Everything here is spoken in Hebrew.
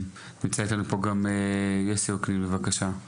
נמצא איתנו פה גם יוסי אוקנין, בבקשה.